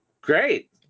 Great